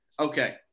Okay